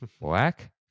Black